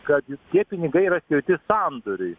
kad tie pinigai yra skirti sandoriui